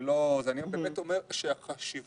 אני באמת אומר שהדבר החשוב